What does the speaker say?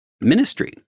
ministry